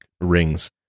rings